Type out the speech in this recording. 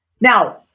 Now